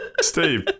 Steve